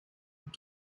and